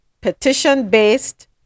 petition-based